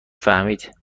فهمید